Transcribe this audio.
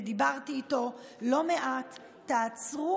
ודיברתי איתו לא מעט: תעצרו,